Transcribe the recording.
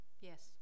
Yes